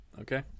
Okay